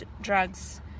Drugs